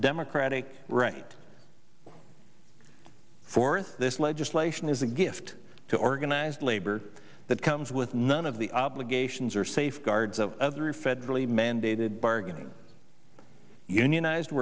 democratic right forth this legislation is a gift to organized labor that comes with none of the obligations or safeguards of three federally mandated bargaining unionized